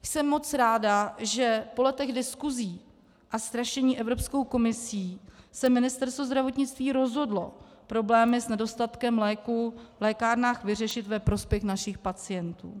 Jsem moc ráda, že po letech diskusí a strašení Evropskou komisí se Ministerstvo zdravotnictví rozhodlo problémy s nedostatkem léků v lékárnách vyřešit ve prospěch našich pacientů.